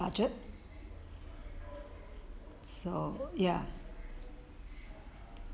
budget so ya